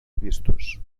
vistos